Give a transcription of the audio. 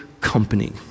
company